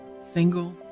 single